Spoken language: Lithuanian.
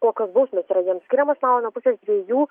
kokios bausmės yra jiems skiriamos na o nuo pusės dviejų